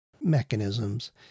mechanisms